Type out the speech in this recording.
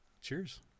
cheers